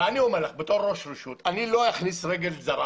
בתור ראש רשות אני לא אכניס רגל זרה